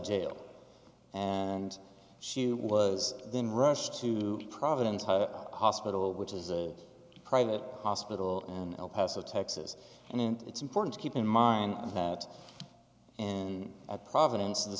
jail and she was then rushed to providence hospital which is a private hospital and el paso texas and it's important to keep in mind that and at providence the